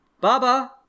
Baba